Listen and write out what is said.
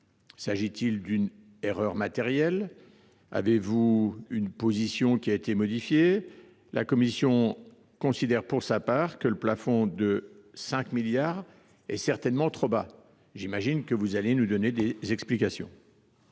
S’agit il d’une erreur matérielle ? Avez vous modifié votre position ? La commission considère pour sa part que le plafond de 5 milliards d’euros est certainement trop bas. J’imagine que vous allez nous donner des explications,